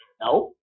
No